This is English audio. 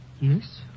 Yes